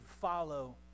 follow